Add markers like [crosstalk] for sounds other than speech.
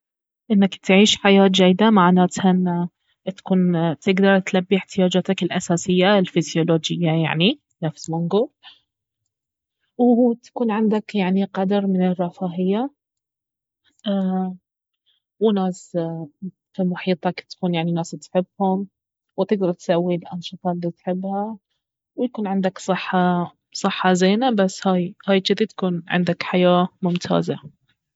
انك تعيش حياة جيدة معناتها انه تكون تقدر تلبي احتياجاتك الأساسية الفسيولوجية يعني نفس ما نقول وتكون عندك يعني قدر من الرفاهية [hesitation] وناس في محيطك تكون يعني ناس تحبهم وتقدر تسوي الأنشطة الي تحبها ويكون عندك صحة صحة زينة بس هاي هاي جذي يكون عندك حياة ممتازة